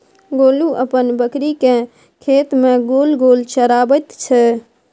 गोलू अपन बकरीकेँ खेत मे गोल गोल चराबैत छै